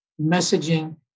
messaging